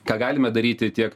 ką galime daryti tiek